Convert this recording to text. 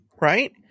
right